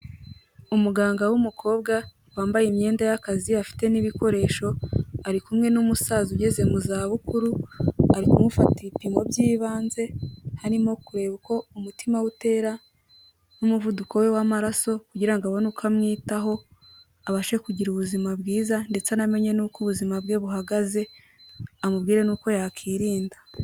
Umuganga w'umukobwa, wambaye imyenda y'akazi afite n'ibikoresho, ari kumwe n'umusaza ugeze mu zabukuru ari kumufata ibipimo by'ibanze, harimo kureba uko umutima we utera n'umuvuduko we w'amaraso kugira ngo abone uko amwitaho, abashe kugira ubuzima bwiza ndetse anamenye n'uko ubuzima bwe buhagaze, amubwira n'uko yakwirinda.